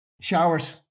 Showers